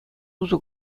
усӑ